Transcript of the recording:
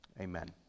Amen